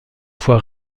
fois